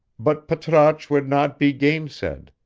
but patrasche would not be gainsaid